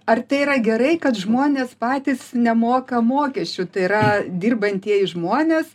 ar tai yra gerai kad žmonės patys nemoka mokesčių tai yra dirbantieji žmonės